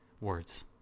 words